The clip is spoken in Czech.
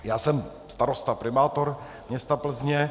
Já jsem starosta, primátor města Plzně.